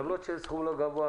למרות שהסכום לא גבוה,